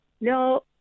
No